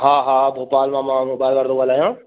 हा हा भोपाल मां मा मोबाइल वारो तो ॻाल्हायां